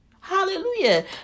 Hallelujah